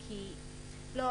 כי --- לא,